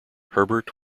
herbert